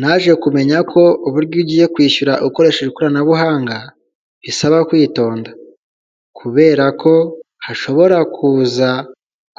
Naje kumenya ko uburyo iyo ugiye kwishyura ukoresheje ikoranabuhanga risaba kwitonda, kubera ko hashobora kuza